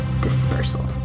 dispersal